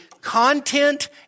content